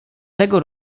tego